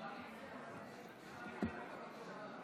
חברי הכנסת,